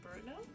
bruno